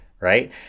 right